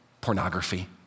Pornography